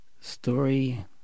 Story